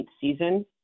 season